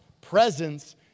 presence